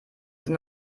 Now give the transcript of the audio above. sind